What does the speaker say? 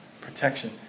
protection